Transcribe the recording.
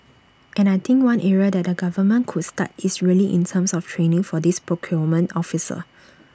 and I think one area that the government could start is really in terms of training for these procurement officers